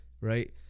right